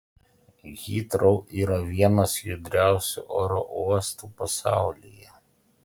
hitrou yra vienas judriausių oro uostų pasaulyje